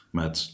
met